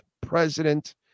president